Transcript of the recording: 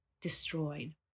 destroyed